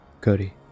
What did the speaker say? Cody